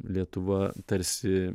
lietuva tarsi